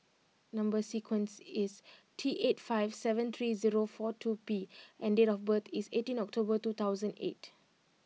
number sequence is T eight five seven three zero four two P and date of birth is eighteenth October two thousand eight